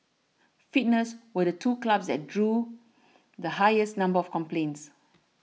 fitness were the two clubs that drew the highest number of complaints